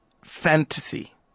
Fantasy